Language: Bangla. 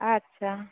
আচ্ছা